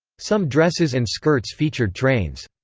some dresses and skirts featured trains.